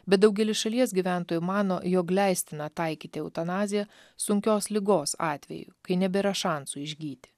bet daugelis šalies gyventojų mano jog leistina taikyti eutanaziją sunkios ligos atveju kai nebėra šansų išgyti